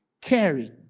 caring